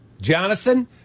Jonathan